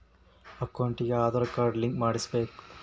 ಅಕೌಂಟಿಗೆ Aadhaar card link ಮಾಡಿಸಬೇಕು?